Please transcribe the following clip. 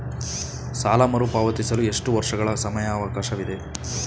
ಸಾಲ ಮರುಪಾವತಿಸಲು ಎಷ್ಟು ವರ್ಷಗಳ ಸಮಯಾವಕಾಶವಿದೆ?